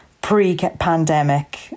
pre-pandemic